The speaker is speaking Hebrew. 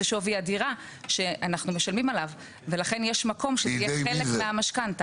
זה שווי הדירה שאנחנו משלמים עליו ולכן יש מקום שזה יהיה חלק מהמשכנתא.